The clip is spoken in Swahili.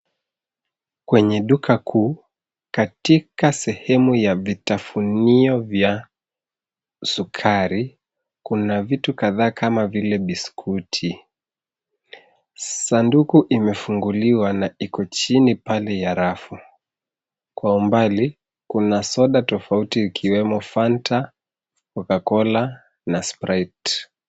Kwenye duka kuu katika sehemu ya vitafunio vya sukari kuna vitu kadhaa kama vile biskuti. Sanduku imefunguliwa na iko chini pale kwa rafu. Kwa umbali, kuna soda tofauti ikiwemo Fanta, Coca cola na Sprite .